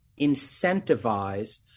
incentivize